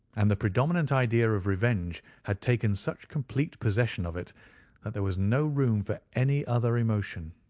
and the predominant idea of revenge had taken such complete possession of it that there was no room for any other emotion.